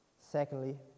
Secondly